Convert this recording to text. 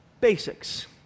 Basics